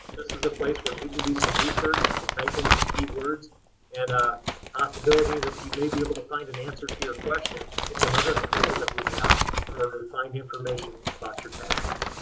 this is a place where you can do some research. you can type in some key words and there's a possibility that you may be able to find an answer to your question. it's another tool that we have in order to find information about your taxes.